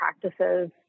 practices